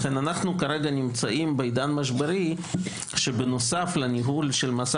אנו כרגע בעידן משברי שבנוסף לניהול משא